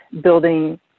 building